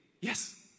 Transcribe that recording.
yes